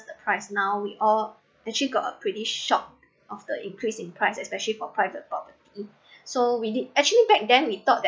the price now we all actually got a pretty shocked of the increase in prices especially for private property so we did actually back then we thought that